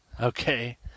Okay